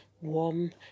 warm